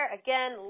again